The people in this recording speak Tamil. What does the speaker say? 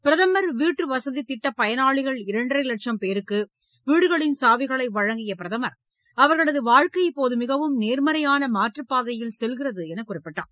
பிரதமர் வீட்டு வசதித் திட்டப் பயனாளிகள் இரண்டரை லட்சம் பேருக்கு வீடுகளின் சாவிகளை வழங்கிய பிரதமர் அவர்களது வாழ்க்கை இப்போது மிகவும் நேர்மறையான மாற்றுப் பாதையில் செல்கிறது என்று கூறினார்